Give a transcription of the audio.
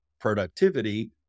productivity